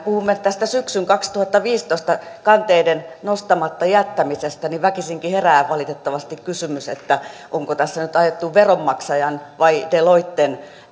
puhumme tästä syksyn kaksituhattaviisitoista kanteiden nostamatta jättämisestä ja väkisinkin herää valitettavasti kysymys onko tässä nyt ajettu veronmaksajien vai deloitten